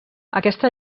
aquesta